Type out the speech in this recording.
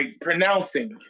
pronouncing